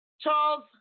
Charles